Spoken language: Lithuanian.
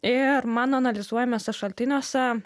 ir mano analizuojamuose šaltiniuose